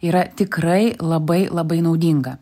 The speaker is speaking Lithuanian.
yra tikrai labai labai naudinga